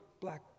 black